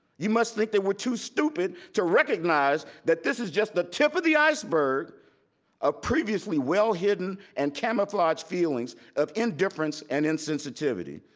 you must think that we're too stupid to recognize that this is just the tip of the iceberg of previously well hidden and camouflaged feelings of indifference and insensitivity.